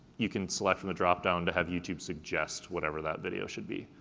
you can select from a dropdown to have youtube suggest whatever that video should be.